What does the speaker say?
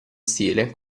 stile